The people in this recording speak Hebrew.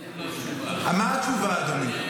זה לא תשובה, זו דמגוגיה.